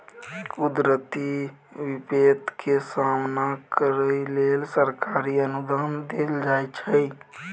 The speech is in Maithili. कुदरती बिपैत के सामना करइ लेल सरकारी अनुदान देल जाइ छइ